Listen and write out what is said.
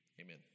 Amen